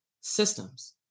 Systems